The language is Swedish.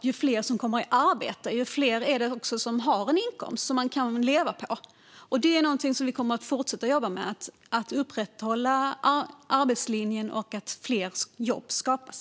Ju fler som kommer i arbete, desto fler blir det också som har en inkomst att leva på. Det är någonting som vi kommer att fortsätta jobba med: att upprätthålla arbetslinjen och att se till att fler jobb skapas.